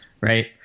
Right